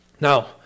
Now